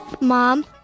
Mom